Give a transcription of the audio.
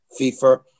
FIFA